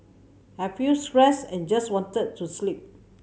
I feel stressed and just wanted to sleep